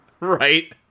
Right